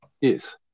Yes